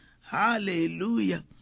Hallelujah